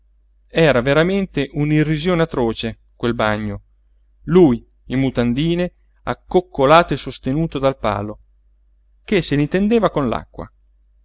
era veramente un'irrisione atroce quel bagno lui in mutandine accoccolato e sostenuto dal palo che se l'intendeva con